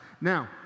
Now